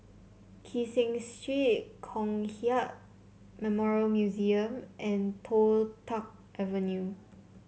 Kee Seng Street Kong Hiap Memorial Museum and Toh Tuck Avenue